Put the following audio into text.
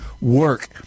work